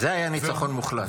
זה היה ניצחון מוחלט.